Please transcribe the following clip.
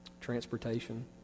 transportation